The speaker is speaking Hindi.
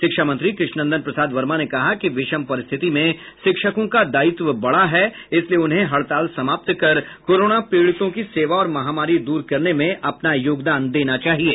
शिक्षा मंत्री कृष्ण नंदन प्रसाद वर्मा ने कहा कि विषम परिस्थिति में शिक्षकों का दायित्व बड़ा है इसलिए उन्हे हड़ताल समाप्त कर कोरोना पीड़ितों की सेवा और महामारी दूर करने में अपना योगदान देना चाहिये